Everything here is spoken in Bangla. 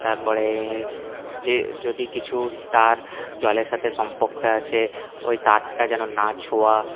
তারপরে যে যদি কিছু তার জলের সাথে সম্পর্ক আছে ওই তারটা যেন না ছোঁয়া